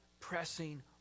Pressing